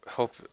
hope